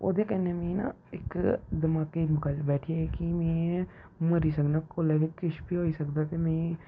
ओह्दे कन्नै मि ना इक दमाकै च बैठा गेई कि में मरी सकना कोलै बी किश बी होई सकदा ऐ कि मि